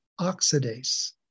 oxidase